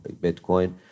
Bitcoin